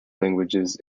languages